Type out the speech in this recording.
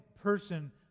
person